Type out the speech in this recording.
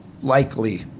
likely